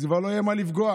אז כבר לא יהיה במה לפגוע.